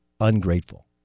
ungrateful